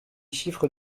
chiffres